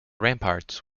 ramparts